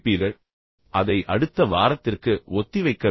ஒரு வார பாடத்தை அடுத்த வாரத்திற்கு ஒத்திவைக்க வேண்டாம்